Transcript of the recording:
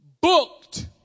booked